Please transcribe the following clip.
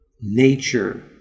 nature